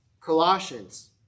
Colossians